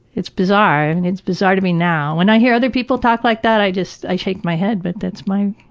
it's bizarre. and and it's bizarre to me now. when i hear other people talk like that, i just, i shake my head, but that's my